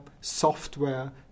software